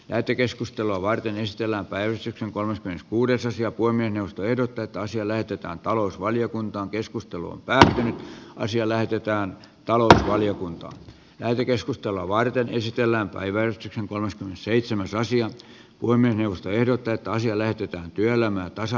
lähetekeskustelua varten stella päivystyksen kolmas kuudes asia kuin lakia ehdotetaan säilytetään talousvaliokuntaan keskusteluun pääsee asia lähetetään talouteen valiokunta jälkikeskustelua varten esitellään päivän kisan kolmas dseitsemän rasian voimme neuvosto ehdottaa että asia löytyy työelämän tasa